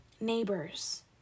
neighbors